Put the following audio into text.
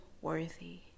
worthy